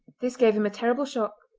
this gave him a terrible shock,